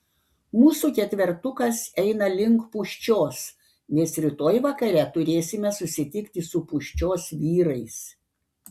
mūsų ketvertukas eina link pūščios nes rytoj vakare turėsime susitikti su pūščios vyrais